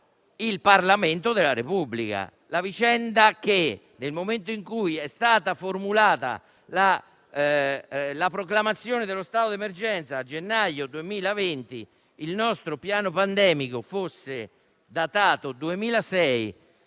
il Parlamento della Repubblica.